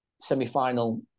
semi-final